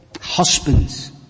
husbands